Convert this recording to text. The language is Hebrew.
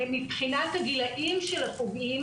מבחינת הגילאים של הפוגעים